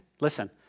Listen